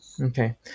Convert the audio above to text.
Okay